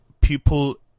people